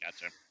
gotcha